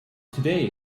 today